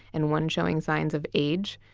and one showing signs of age.